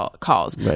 calls